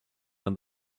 when